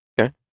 Okay